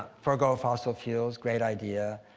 forego fossil fuels, great idea.